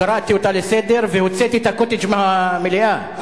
קראתי אותה לסדר והוצאתי את ה"קוטג'" מהמליאה.